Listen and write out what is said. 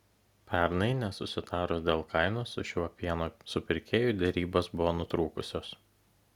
pernai nesusitarus dėl kainos su šiuo pieno supirkėju derybos buvo nutrūkusios